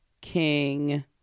King